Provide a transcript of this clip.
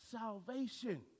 salvation